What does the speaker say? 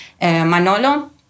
Manolo